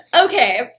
Okay